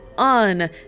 on